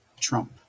trump